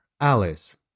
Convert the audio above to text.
Alice